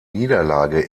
niederlage